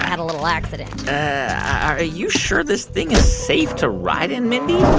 a little accident are you sure this thing is safe to ride in, mindy?